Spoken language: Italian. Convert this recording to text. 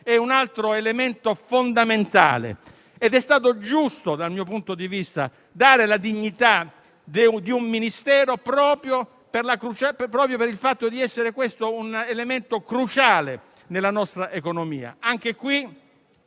è un altro elemento fondamentale ed è stato giusto - dal mio punto di vista - dargli la dignità di un Ministero proprio per il fatto di essere un elemento cruciale nella nostra economia. Anche